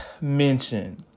Mention